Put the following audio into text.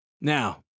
Now